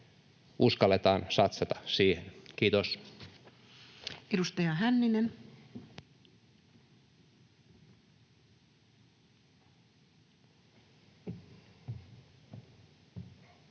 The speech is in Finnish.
Uskalletaan satsata siihen. — Kiitos. Edustaja Hänninen.